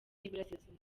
y’iburasirazuba